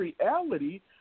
reality